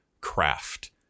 craft